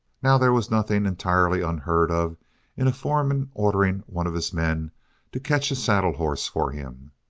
now there was nothing entirely unheard of in a foreman ordering one of his men to catch a saddle horse for him.